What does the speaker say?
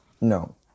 No